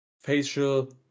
facial